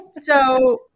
So-